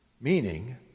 Meaning